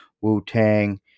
Wu-Tang